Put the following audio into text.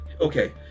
okay